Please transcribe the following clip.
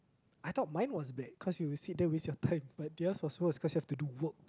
I thought mine was bad cause you sit there waste your time but theirs was worst because you have to do work